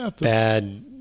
bad